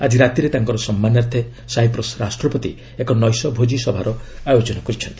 ଆକି ରାତିରେ ତାଙ୍କ ସମ୍ମାନାର୍ଥେ ସାଇପ୍ରସ୍ ରାଷ୍ଟ୍ରପତି ଏକ ନୈଶ ଭୋଜିସଭାର ଆୟୋଜନ କରିଛନ୍ତି